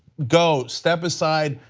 go. step aside.